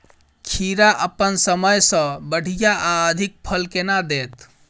खीरा अप्पन समय सँ बढ़िया आ अधिक फल केना देत?